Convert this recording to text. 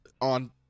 on